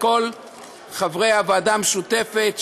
לכל חברי הוועדה המשותפת,